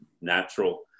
natural